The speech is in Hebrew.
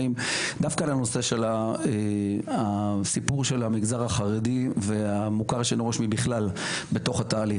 דווקא לנושא המגזר החרדי והמוכר שאינו רשמי בתוך התהליך.